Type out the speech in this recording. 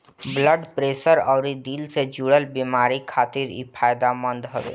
blood pressure अउरी दिल से जुड़ल बेमारी खातिर इ फायदेमंद हवे